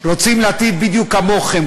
רוצים להיטיב בדיוק כמוכם.